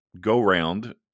go-round